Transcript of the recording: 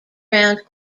round